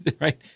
right